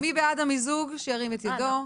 מי בעד המיזוג, שירים את ידו.